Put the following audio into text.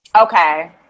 okay